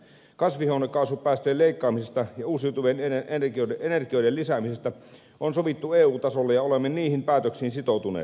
kasvihuonekaasupäästöjen leikkaamisesta ja uusiutuvien energioiden lisäämisestä on sovittu eu tasolla ja olemme niihin päätöksiin sitoutuneet